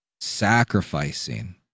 sacrificing